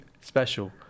special